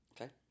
Okay